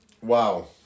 Wow